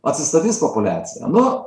atsistatys populiacija nu